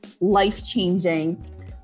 life-changing